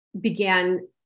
began